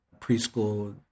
preschool